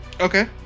Okay